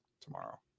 tomorrow